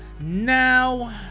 now